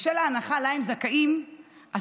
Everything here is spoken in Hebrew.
בשל ההנחה שהם זכאים לה,